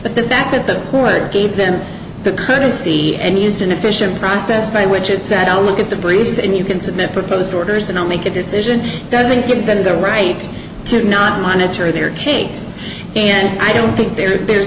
but the fact that the court gave them the courtesy and used an efficient process by which it said oh look at the briefs and you can submit proposed orders and i'll make a decision doesn't give them the right to not monitor their cakes and i don't think there